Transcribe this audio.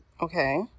Okay